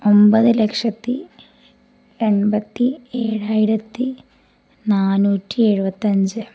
ഒമ്പത് ലക്ഷത്തി എൺപത്തി ഏഴായിരത്തി നാനൂറ്റി എഴുപത്തഞ്ച്